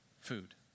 food